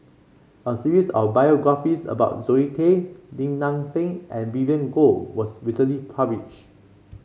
a series of biographies about Zoe Tay Lim Nang Seng and Vivien Goh was recently published